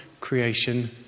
creation